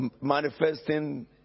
manifesting